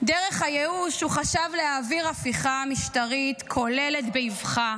דרך הייאוש הוא חשב להעביר הפיכה משטרית כוללת באבחה,